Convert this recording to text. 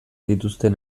dituzten